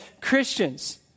Christians